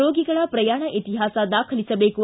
ರೋಗಿಗಳ ಪ್ರಯಾಣ ಇತಿಹಾಸ ದಾಖಲಿಸಬೇಕು